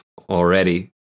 already